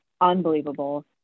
unbelievable